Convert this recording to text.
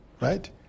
right